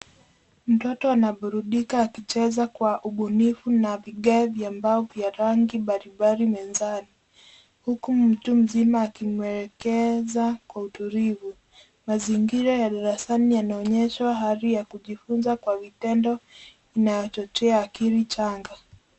Mtoto anaburudika akicheza kwa ubunifu na vigae vya mbao vya rangi mbali mbali mezani, huku mtu mzima akimwelekeza kwa utulivu. Mazingira ya darasani yanaonyeshwa hali ya kujifunza kwa vitendo na chochea akili changa.